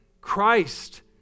Christ